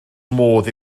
modd